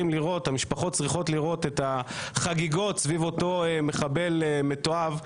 המשפחות צריכות לראות את החגיגות סביב אותו מחבל מתועב.